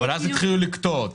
אבל אז התחילו לקטוע אותו.